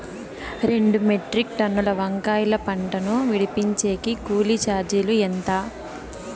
రెండు మెట్రిక్ టన్నుల వంకాయల పంట ను విడిపించేకి కూలీ చార్జీలు ఎంత?